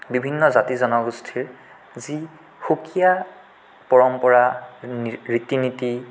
বিভিন্ন জাতি জনগোষ্ঠীৰ যি সুকীয়া পৰম্পৰা ৰীতি নীতি